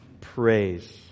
praise